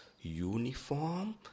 uniform